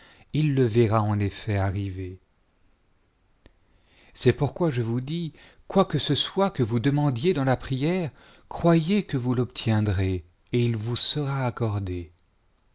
il le verra en effet c'est pourquoi je vous dis quoi que ce soit que vous demandiez dans la prière y croyez que vous l'obtiendrez et il vous sera accordé